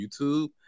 YouTube